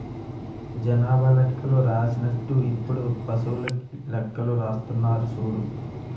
జనాభా లెక్కలు రాసినట్టు ఇప్పుడు పశువులకీ లెక్కలు రాస్తున్నారు సూడు